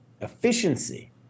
efficiency